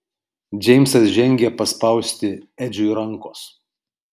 džeimsas žengė paspausti edžiui rankos